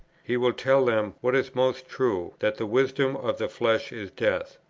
he will tell them, what is most true, that the wisdom of the flesh is death.